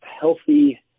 healthy